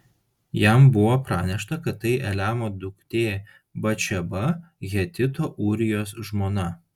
jam buvo pranešta kad tai eliamo duktė batšeba hetito ūrijos žmona